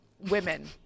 women